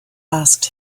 asked